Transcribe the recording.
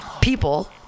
people